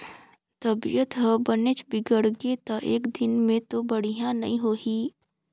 तबीयत ह बनेच बिगड़गे त एकदिन में तो बड़िहा नई होही